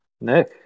Nick